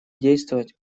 действовать